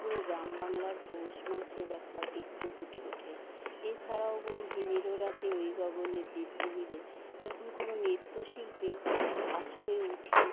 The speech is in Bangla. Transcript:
পুরো গ্রামবাংলার পৌষমাসের একটা চিত্র ফুটে ওঠে এছাড়াও বলি হিমের রাতে ওই গগনের দীপগুলিরে যখন কোনো নৃত্যশিল্পী আসরে উঠে